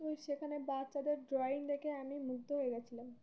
ওই সেখানে বাচ্চাদের ড্রয়িং দেখে আমি মুগ্ধ হয়ে গেছিলাম